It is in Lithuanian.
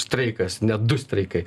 streikas net du streikai